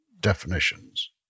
definitions